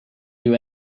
you